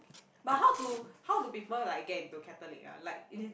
but how do how do people like get into Catholic ah like